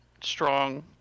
strong